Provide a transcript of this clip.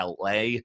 LA